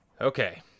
Okay